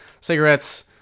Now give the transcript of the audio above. Cigarettes